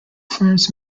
firms